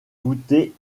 voûtée